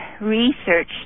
research